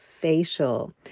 facial